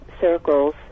Circles